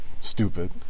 stupid